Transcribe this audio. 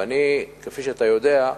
אבל אני, כפי שאתה יודע,